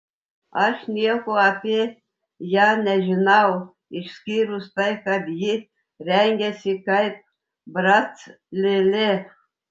aš nieko apie ją nežinau išskyrus tai kad ji rengiasi kaip brac lėlė